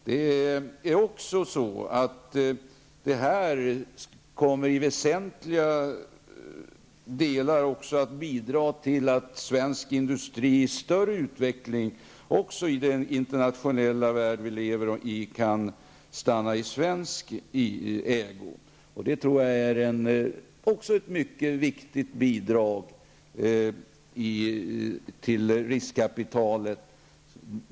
Pengarna kommer i väsentlig grad att också bidra till att svensk industri i den internationella värld som vi lever i kan bli kvar i svensk ägo. Det är också en mycket viktig sak.